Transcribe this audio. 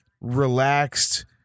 relaxed